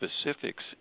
specifics